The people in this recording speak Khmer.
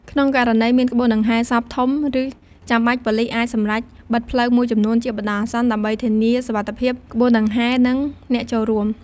ក្នុងករណីមានក្បួនដង្ហែសពធំ ឬចាំបាច់ ប៉ូលីសអាចសម្រេចបិទផ្លូវមួយចំនួនជាបណ្តោះអាសន្ន ដើម្បីធានាសុវត្ថិភាពក្បួនដង្ហែ និងអ្នកចូលរួម។